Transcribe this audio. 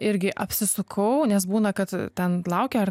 irgi apsisukau nes būna kad ten laukia ar